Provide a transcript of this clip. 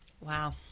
Wow